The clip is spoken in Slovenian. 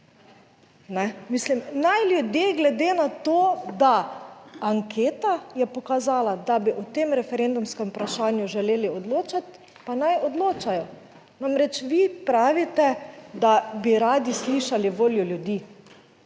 naj ljudje, glede na to, da anketa je pokazala, da bi o tem referendumskem vprašanju želeli odločati, pa naj odločajo, namreč, vi pravite, da bi radi slišali voljo ljudi,